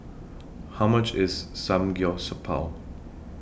How much IS Samgyeopsal